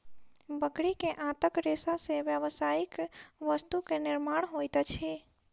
बकरी के आंतक रेशा से व्यावसायिक वस्तु के निर्माण होइत अछि